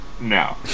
No